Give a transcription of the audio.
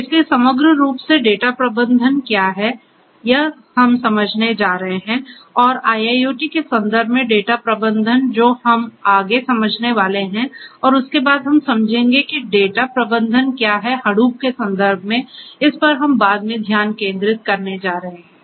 इसलिए समग्र रूप से डेटा प्रबंधन क्या है यह हम समझने जा रहे हैं और IIoT के संदर्भ में डेटा प्रबंधन जो हम आगे समझने वाले है और उसके बाद हम समझेंगे कि डेटा प्रबंधन क्या है Hadoop के संदर्भ में इस पर हम बाद में ध्यान केंद्रित करने जा रहे हैं